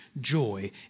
joy